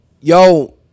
yo